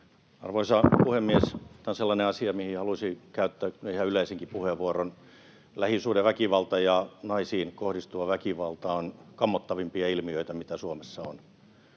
Arvoisa puhemies! Tämä on sellainen asia, mihin haluaisin käyttää ihan yleisenkin puheenvuoron. Lähisuhdeväkivalta ja naisiin kohdistuva väkivalta ovat kammottavimpia ilmiöitä, mitä Suomessa on,